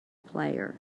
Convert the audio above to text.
player